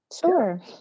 sure